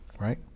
right